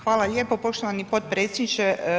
Hvala lijepo poštovani potpredsjedniče.